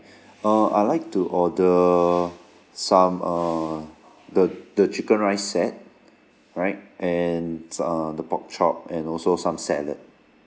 uh I'll like to order some uh the the chicken rice set right and s~ the pork chop and also some salad